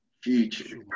Future